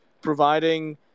providing